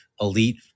elite